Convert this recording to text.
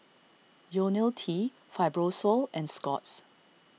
Ionil T Fibrosol and Scott's